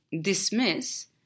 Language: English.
dismiss